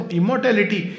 immortality